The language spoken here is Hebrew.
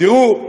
תראו,